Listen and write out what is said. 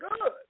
good